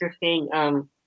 interesting